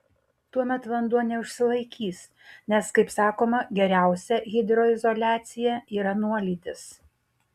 tuomet vanduo neužsilaikys nes kaip sakoma geriausia hidroizoliacija yra nuolydis